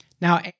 Now